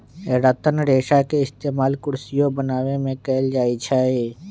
रतन रेशा के इस्तेमाल कुरसियो बनावे में कएल जाई छई